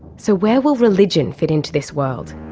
so where will religion fit into this world?